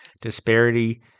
disparity